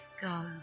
go